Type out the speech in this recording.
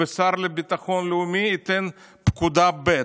והשר לביטחון לאומי ייתן פקודה ב'.